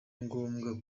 ngombwa